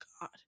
God